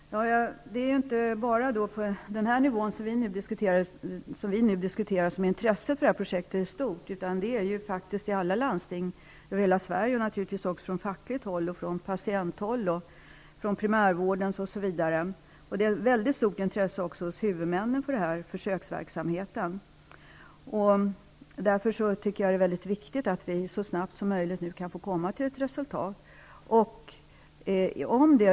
Fru talman! Det är inte bara på den nivå som vi nu diskuterar som intresset för detta projekt är stort. Intresset finns i alla landsting, inom facket, bland patienterna, inom primärvården osv. Även huvudmännen har ett mycket stort intresse för denna försöksverksamhet. Därför är det viktigt att vi så snabbt som möjligt får fram ett resultat av utvärderingen.